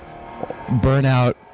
burnout